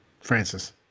Francis